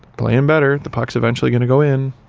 playing better. the puck is eventually gonna go in.